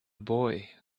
boy